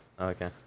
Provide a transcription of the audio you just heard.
Okay